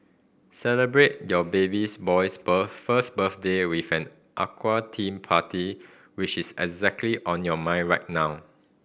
celebrate your babies boy's first birthday with an aqua theme party which is exactly on your mind right now